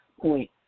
point